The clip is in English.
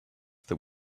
that